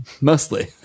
mostly